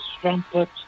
trumpet